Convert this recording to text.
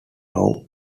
lou